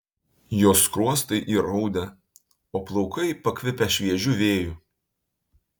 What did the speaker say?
jos skruostai įraudę o plaukai pakvipę šviežiu vėju